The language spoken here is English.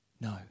No